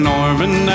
Norman